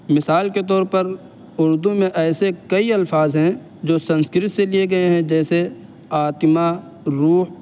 مثال کے طور پر اردو میں ایسے کئی الفاظ ہیں جو سنسکرت سے لیے گئے ہیں جیسے آتما روح